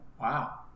Wow